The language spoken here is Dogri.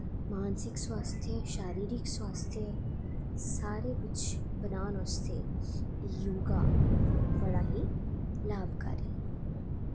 मानसिक स्वास्थ्य शारीरिक स्वास्थ्य सारे बिच बनाना उसदे योगा बड़ा ही लाभकारी ऐ